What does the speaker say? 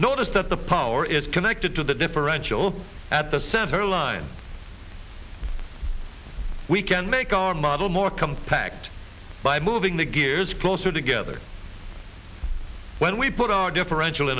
notice that the power is connected to the differential at the several lines we can make our model more compact by moving the gears closer together when we put our differential